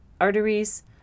arteries